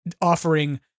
offering